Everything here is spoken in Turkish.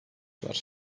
var